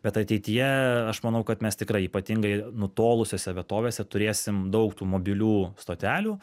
bet ateityje aš manau kad mes tikrai ypatingai nutolusiose vietovėse turėsim daug tų mobilių stotelių